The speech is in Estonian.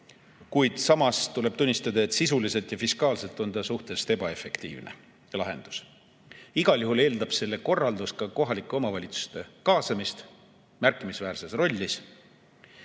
Samas tuleb tunnistada, et sisuliselt ja fiskaalselt on see suhteliselt ebaefektiivne lahendus. Igal juhul eeldab selle korraldus ka kohalike omavalitsuste kaasamist märkimisväärses rollis.